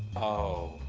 oh,